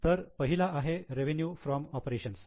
तर पहिला आहे रेवेन्यू फ्रॉम ऑपरेशन्स